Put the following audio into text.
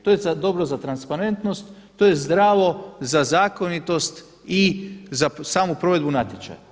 To je dobro za transparentnost, to je zdravo za zakonitost i za samu provedbu natječaja.